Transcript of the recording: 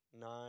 Nine